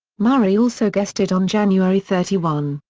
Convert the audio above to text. murray also guested on january thirty one,